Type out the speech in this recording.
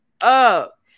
up